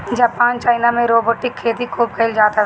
Japan China में robotic खेती खूब कईल जात हवे